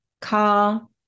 Call